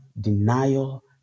denial